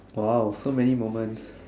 !wow! so many moments